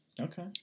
Okay